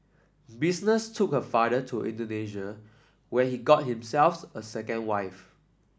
business took her father to Indonesia where he got a second wife